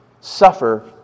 suffer